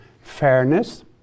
Fairness